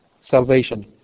salvation